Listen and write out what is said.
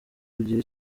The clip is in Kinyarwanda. kugira